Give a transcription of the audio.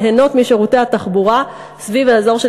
נהנות משירותי התחבורה סביב האזור של